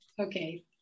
Okay